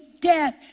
death